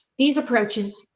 these approaches.